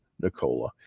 Nicola